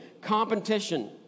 competition